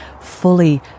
fully